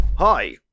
Hi